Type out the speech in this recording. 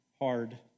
hard